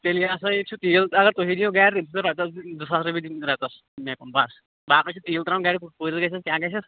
تیٚلہِ ہاسا یہِ چھُ تیٖل اَگر تُہی دِیو گاڑِ تیٚلہِ چھَو تۅہہِ رۄپیَس دِنۍ زٕ ساس رۅپیہِ دِنۍ رٮ۪تس مےٚ کُن بَس باقٕے چھُ تیٖل ترٛاوُن گاڑ کوٗتاہ گَژھٮ۪س کیٛاہ گَژھٮ۪س